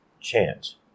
chance